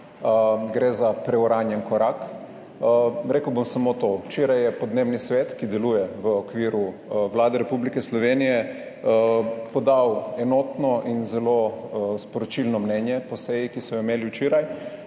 Gre za preuranjen korak. Rekel bom samo to, včeraj je Podnebni svet, ki deluje v okviru Vlade Republike Slovenije, podal enotno in zelo sporočilno mnenje po seji, ki so jo imeli včeraj,